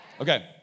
Okay